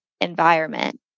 environment